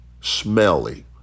smelly